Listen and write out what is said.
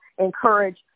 encourage